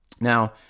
Now